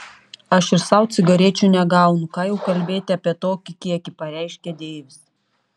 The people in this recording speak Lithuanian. aš ir sau cigarečių negaunu ką jau kalbėti apie tokį kiekį pareiškė deivis